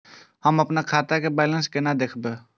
हम अपन खाता के बैलेंस केना देखब?